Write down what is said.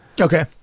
Okay